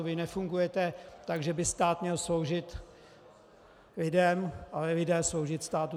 Vy nefungujete tak, že by stát měl sloužit lidem, ale lidé sloužit státu.